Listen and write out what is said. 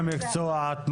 את מפריעה.